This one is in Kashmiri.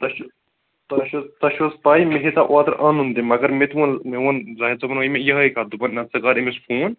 تۅہہِ چھِو تۅہہِ چھِو تۅہہِ چھِو حظ پےَ مےٚ ہیٚژا اوٗترٕ اَنُن تہِ مگر مےٚ تہِ ووٚن مےٚ ووٚن زٲہِد صٲبن ووٚن مےٚ یِہَے کتھ دوٚپُن نہَ ژٕ کَر أمِس فون